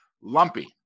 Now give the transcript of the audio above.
Lumpy